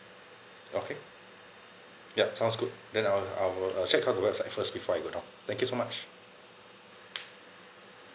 okay yup sounds good then I'll I'll check out the website first before I go down thank you so much